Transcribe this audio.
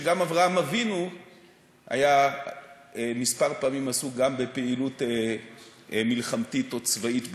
גם אברהם אבינו היה עסוק כמה פעמים גם בפעילות מלחמתית או צבאית,